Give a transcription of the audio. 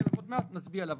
נגיע אליו עוד מעט ונצביע עליו,